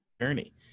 journey